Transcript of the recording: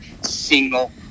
single